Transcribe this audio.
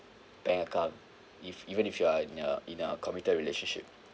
bank account if even if you are in a in a committed relationship